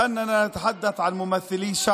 לכן העסיקו אותי יותר מפעם ההבדלים התרבותיים